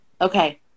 Okay